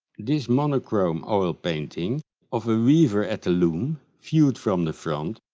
this monochrome oil painting of a weaver at the loom viewed from the front,